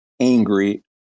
angry